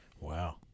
wow